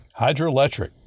hydroelectric